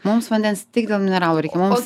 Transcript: mums vandens tik dėl mineralų reikia mums